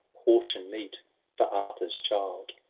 portion meet for arthur s child.